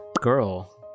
Girl